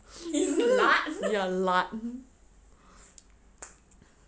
you lard